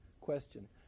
question